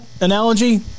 analogy